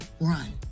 run